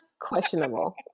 questionable